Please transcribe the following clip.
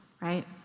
Right